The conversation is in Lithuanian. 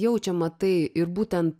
jaučiama tai ir būtent